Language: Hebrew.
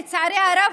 לצערי הרב,